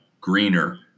greener